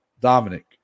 dominic